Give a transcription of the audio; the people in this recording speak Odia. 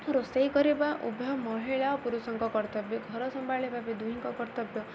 ରୋଷେଇ କରିବା ଉଭୟ ମହିଳା ପୁରୁଷଙ୍କ କର୍ତ୍ତବ୍ୟ ଘର ସମ୍ଭାଳିବା ବି ଦୁହିଁଙ୍କ କର୍ତ୍ତବ୍ୟ